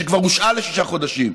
שכבר הושעה לשישה חודשים,